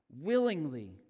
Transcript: willingly